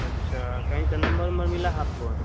अच्छा कहीं से नंबर उम्बर मिला है आपको